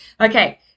Okay